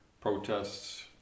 protests